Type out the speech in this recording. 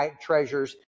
treasures